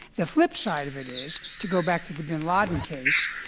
the flipside of it is to go back to the bin laden case